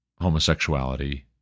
homosexuality